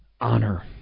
Honor